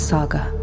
Saga